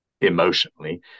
emotionally